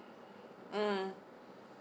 mm